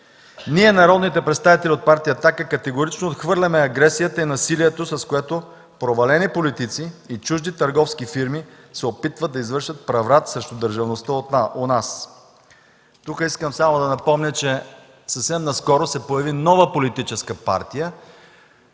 Ние, народните представители от партия „Атака“, категорично отхвърляме агресията и насилието, с което провалени политици и чужди търговски фирми се опитват да извършат преврат срещу държавността у нас. Тук искам само да напомня, че съвсем наскоро се появи нова политическа партия,